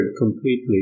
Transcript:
completely